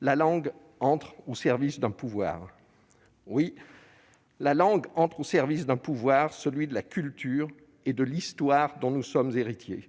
la langue entre au service d'un pouvoir. » Oui, la langue entre au service d'un pouvoir, celui de la culture et de l'histoire dont nous sommes héritiers